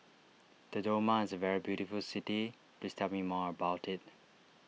Dodoma is a very beautiful city please tell me more about it